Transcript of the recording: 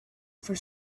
for